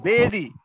Baby